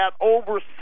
over